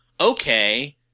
okay